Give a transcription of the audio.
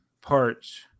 parts